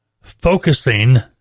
focusing